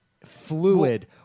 fluid